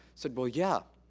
said, well, yeah,